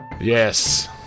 Yes